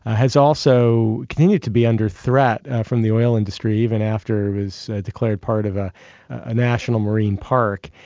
ah has also continued to be under threat from the oil industry, even after it was declared part of a ah national marine park.